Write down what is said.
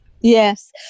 Yes